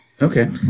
Okay